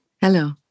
Hello